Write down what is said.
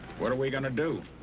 what are we going to do?